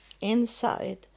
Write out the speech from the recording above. inside